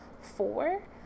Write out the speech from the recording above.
four